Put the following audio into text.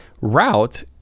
route